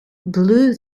blew